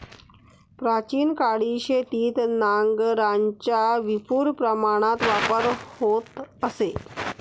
प्राचीन काळी शेतीत नांगरांचा विपुल प्रमाणात वापर होत असे